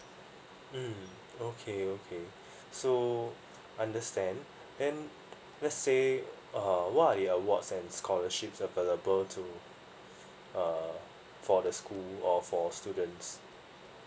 mm okay okay so understand then let's say uh what are the awards and scholarships available to uh for the school or for students